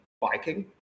biking